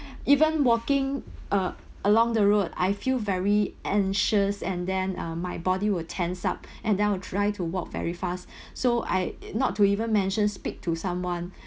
even walking uh along the road I feel very anxious and then uh my body will tense up and then I will try to walk very fast so I not to even mention speak to someone